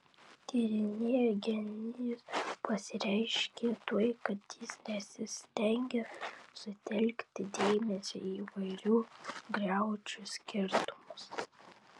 tyrėjo genijus pasireiškė tuo kad jis nesistengė sutelkti dėmesio į įvairių griaučių skirtumus